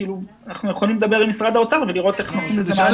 אנחנו יכולים לדבר עם משרד האוצר ולראות איך --- אבל